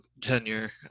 tenure